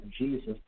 Jesus